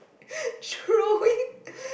throwing